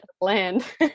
land